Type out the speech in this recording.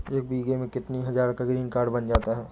एक बीघा में कितनी हज़ार का ग्रीनकार्ड बन जाता है?